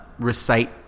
recite